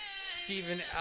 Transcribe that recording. Stephen